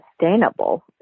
sustainable